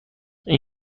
این